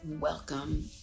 Welcome